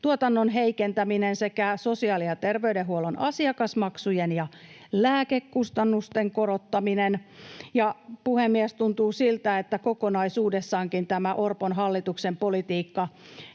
asuntotuotannon heikentäminen sekä sosiaali- ja terveydenhuollon asiakasmaksujen ja lääkekustannusten korottaminen. Puhemies! Tuntuu siltä, että kokonaisuudessaankin tämä Orpon hallituksen politiikka